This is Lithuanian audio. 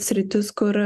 sritis kur